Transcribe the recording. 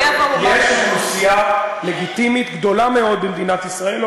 יש אוכלוסייה לגיטימית גדולה מאוד במדינת ישראל,